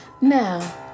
Now